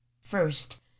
first